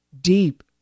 deep